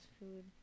food